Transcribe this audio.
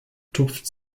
tupft